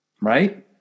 Right